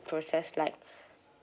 process like